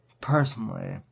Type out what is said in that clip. personally